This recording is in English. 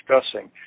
discussing